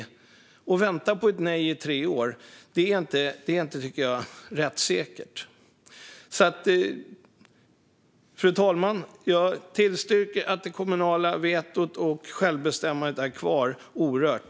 Att behöva vänta på ett nej i tre år är inte rättssäkert. Fru talman! Jag tillstyrker att det kommunala vetot och självbestämmandet är kvar orört.